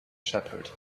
shepherd